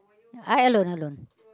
I alone alone